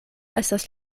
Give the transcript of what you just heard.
estas